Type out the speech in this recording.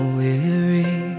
weary